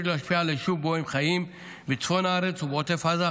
ולהשפיע על היישוב שבו הם חיים בצפון הארץ ובעוטף עזה,